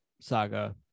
saga